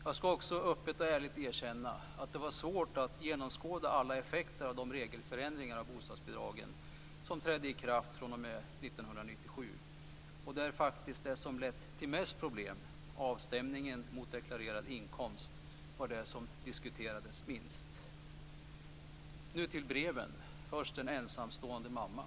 Jag skall också öppet och ärligt erkänna att det var svårt att genomskåda alla effekter av de regelförändringar av bostadsbidragen som trädde i kraft fr.o.m. 1997, och där det som lett till mest problem, avstämningen mot deklarerad inkomst vad det som diskuterades minst. Nu till breven. Först en ensamstående mamma.